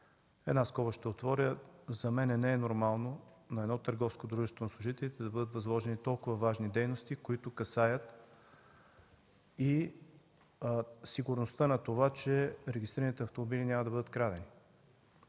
една скоба: за мен не е нормално на едно търговско дружество на служителите да бъдат възложени толкова важни дейности, които касаят и сигурността на това, че регистрираните автомобили няма да бъдат крадени.